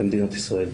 במדינת ישראל,